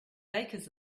bakers